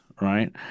right